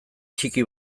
txiki